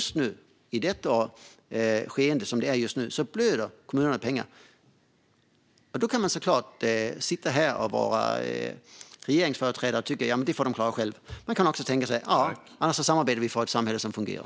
Som det är nu blöder kommunerna pengar. Som regeringsföreträdare kan man såklart sitta här och tänka: Det får de klara själva. Man kan också tänka: Vi kan samarbeta och få ett samhälle som fungerar.